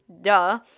duh